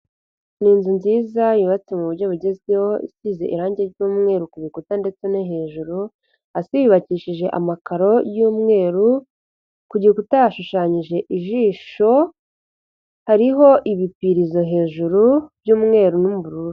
Ni inzu nziza yubatsewe mu buryo bugezweho isize irange ry'umweru ku bikuta ndetse no hejuru, hasi yubakishije amakaro y'umweru, ku gikuta hashushanyije ijisho, hariho ibipurizo hejuru by'umweru n'ubururu.